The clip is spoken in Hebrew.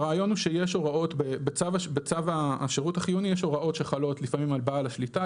הרעיון הוא שיש הוראות בצו השירות החיוני שחלות לפעמים על בעל השליטה,